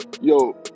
Yo